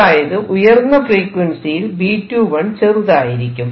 അതായത് ഉയർന്ന ഫ്രീക്വൻസിയിൽ B21 ചെറുതായിരിക്കും